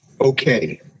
Okay